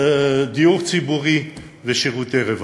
דיור ציבורי ושירותי רווחה.